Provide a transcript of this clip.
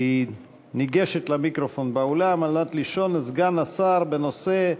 שהיא ניגשת למיקרופון באולם על מנת לשאול את סגן השר בנושא: